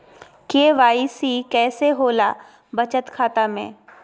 KYC कैसे होला बचत खाता में?